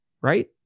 right